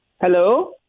Hello